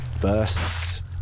bursts